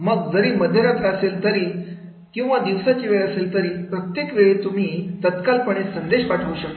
मग जरी मध्यरात्र असेल तरी किंवा दिवसाची वेळ असेल तरी प्रत्येक वेळी तुम्ही तत्काल पने संदेश पाठवू शकता